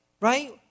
right